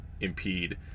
impede